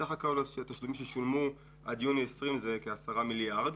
סך כל התשלומים ששולמו עד יוני 2020 הוא כ-10 מיליארד.